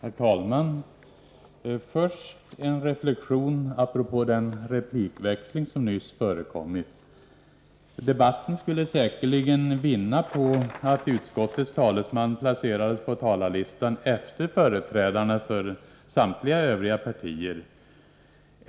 Herr talman! Först en reflexion apropå den replikväxling som nyss förekommit. Debatten skulle säkerligen vinna på att utskottets talesman på talarlistan placerades efter företrädarna för samtliga övriga partier.